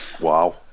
Wow